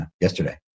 yesterday